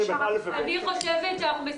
אני חושבת שאנחנו מסבכים.